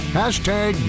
hashtag